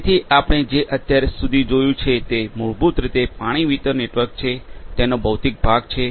તેથી આપણે જે અત્યાર સુધી જોયું છે તે મૂળભૂત રીતે પાણી વિતરણ નેટવર્ક છે તેનો ભૌતિક ભાગ છે